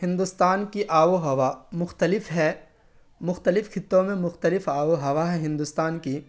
ہندوستان کی آب و ہوا مختلف ہے مختلف خطوں میں مختلف آب و ہوا ہے ہندوستان کی